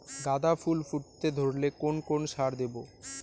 গাদা ফুল ফুটতে ধরলে কোন কোন সার দেব?